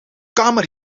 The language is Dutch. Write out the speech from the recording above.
kamer